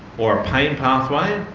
or a pain pathway,